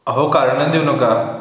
अहो कारणं देऊ नका